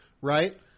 right